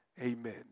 Amen